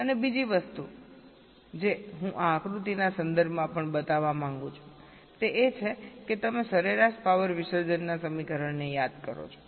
અને બીજી વસ્તુ જે હું આ આકૃતિના સંદર્ભમાં પણ બતાવવા માંગુ છું તે એ છે કે તમે સરેરાશ પાવર વિસર્જનના સમીકરણને યાદ કરો છો